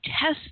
test